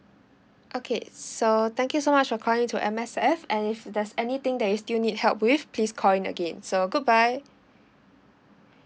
okay so thank you so much for calling in to M_S_F and if there's anything that you still need help with please call in again so goodbye